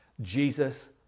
Jesus